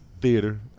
theater